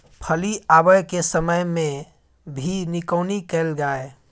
फली आबय के समय मे भी निकौनी कैल गाय?